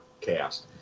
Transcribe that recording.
cast